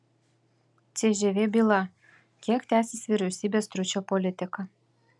cžv byla kiek tęsis vyriausybės stručio politika